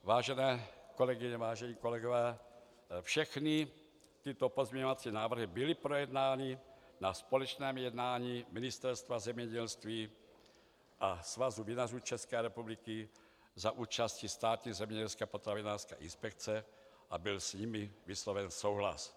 Vážené kolegyně, vážení kolegové, všechny tyto pozměňovací návrhy byly projednány na společném jednání Ministerstva zemědělství a Svazu vinařů České republiky za účasti Státní zemědělské a potravinářské inspekce a byl s nimi vysloven souhlas.